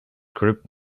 group